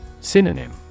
Synonym